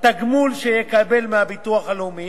התגמול שיקבל מהביטוח הלאומי